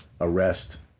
arrest